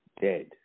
dead